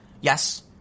Yes